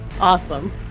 Awesome